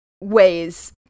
ways